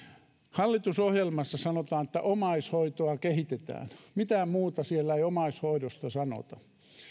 hallitusohjelmassa sanotaan että omaishoitoa kehitetään mitään muuta siellä ei omaishoidosta sanota